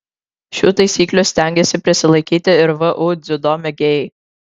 šių taisyklių stengiasi prisilaikyti ir vu dziudo mėgėjai